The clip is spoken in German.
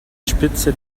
spitze